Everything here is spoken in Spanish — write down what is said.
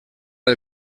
del